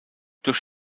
durch